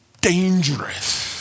dangerous